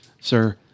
sir